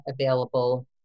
available